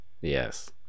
yes